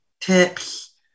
tips